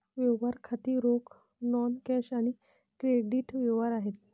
व्यवहार खाती रोख, नॉन कॅश आणि क्रेडिट व्यवहार आहेत